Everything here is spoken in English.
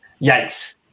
Yikes